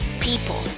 people